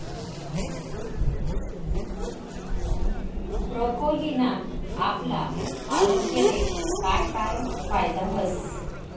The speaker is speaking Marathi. ब्रोकोलीना आपला आरोग्यले काय काय फायदा व्हस